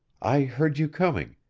i heard you coming.